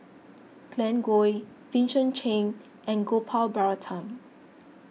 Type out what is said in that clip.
Glen Goei Vincent Cheng and Gopal Baratham